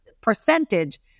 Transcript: percentage